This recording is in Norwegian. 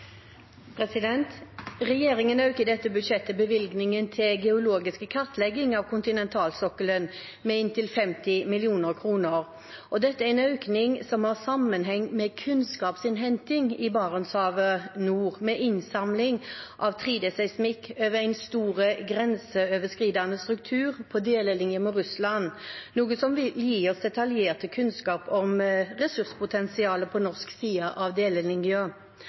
i dette budsjettet bevilgningen til geologisk kartlegging av kontinentalsokkelen med inntil 50 mill. kr. Dette er en økning som har sammenheng med kunnskapsinnhenting i Barentshavet nå, med innsamling av 3D-seismikk over en stor grenseoverskridende struktur på delelinjen mot Russland, noe som vil gi oss detaljerte kunnskaper om ressurspotensial på norsk side av